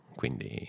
quindi